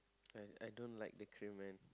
and I don't like the cream man